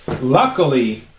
Luckily